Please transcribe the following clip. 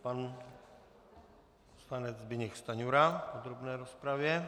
Pan Zbyněk Stanjura v podrobné rozpravě.